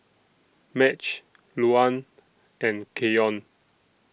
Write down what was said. Madge Luann and Keyon